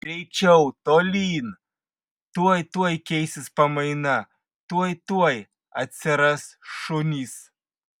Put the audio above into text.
greičiau tolyn tuoj tuoj keisis pamaina tuoj tuoj atsiras šunys